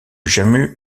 jammu